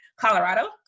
Colorado